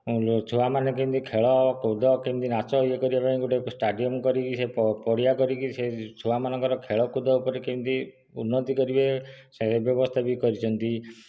ଛୁଆମାନେ କେମିତି ଖେଳକୁଦ କେମିତି ନାଚ ଇଏ କରିବା ପାଇଁ ଗୋଟିଏ ଷ୍ଟାଡିଅମ୍ କରିକି ପଡ଼ିଆ କରିକି ସେ ଛୁଆମାନଙ୍କର ଖେଳକୁଦ ଉପରେ କେମିତି ଉନ୍ନତି କରିବେ ସେ ବ୍ୟବସ୍ତା ବି କରିଛନ୍ତି